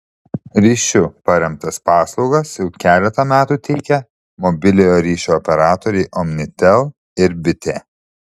ryšiu paremtas paslaugas jau keletą metų teikia mobiliojo ryšio operatoriai omnitel ir bitė